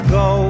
go